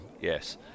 yes